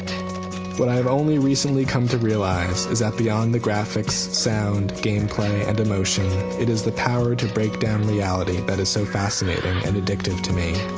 what i have only recently come to realize is that beyond the graphics, sound, game play and emotion it is the power to break down reality that is so fascinating and addictive to me.